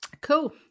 cool